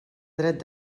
dret